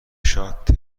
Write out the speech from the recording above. شات